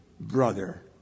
Brother